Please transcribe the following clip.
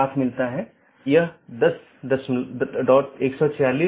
BGP version 4 में बड़ा सुधार है कि यह CIDR और मार्ग एकत्रीकरण को सपोर्ट करता है